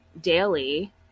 daily